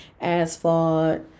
asphalt